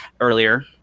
earlier